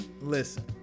listen